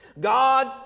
God